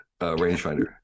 rangefinder